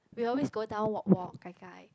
we always go down walk walk gai gai